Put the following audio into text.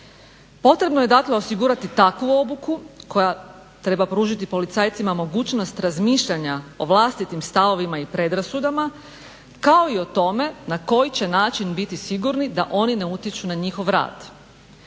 Potrebno je osigurati takvu obuku koju treba pružiti policajcima mogućnost razmišljanja o vlastitim stavovima i predrasudama kao i o tome na koji će način biti sigurni da oni ne utječu na njihov rad.